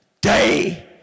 day